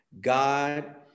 god